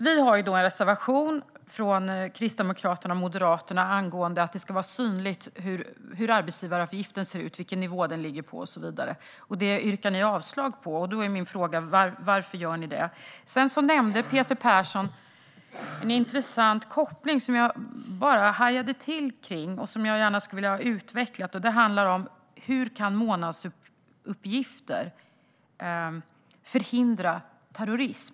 Vi har en reservation från Kristdemokraterna och Moderaterna angående att det ska vara synligt hur arbetsgivaravgiften ser ut, vilken nivå den ligger på och så vidare. Den yrkar ni avslag på. Min fråga är: Varför gör ni det? Peter Persson nämnde en intressant koppling som jag hajade till inför och som jag gärna skulle vilja ha utvecklad. Det handlar om hur månadsuppgifter kan förhindra terrorism.